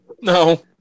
No